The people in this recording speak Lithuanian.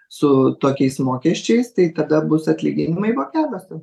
su tokiais mokesčiais tai tada bus atlyginimai vokeliuose